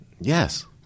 Yes